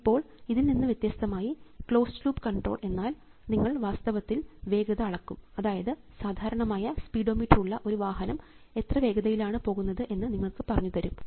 ഇപ്പോൾ ഇതിൽ നിന്ന് വ്യത്യസ്തമായി ക്ലോസ്ഡ് ലൂപ്പ് കണ്ട്രോൾ എന്നാൽ നിങ്ങൾ വാസ്തവത്തിൽ വേഗത അളക്കും അതായത് സാധാരണമായ സ്പീഡോമീറ്റർ ഉള്ള ഒരു വാഹനം എത്ര വേഗതയിലാണ് പോകുന്നത് എന്ന് നിങ്ങൾക്ക് പറഞ്ഞുതരും